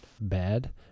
bad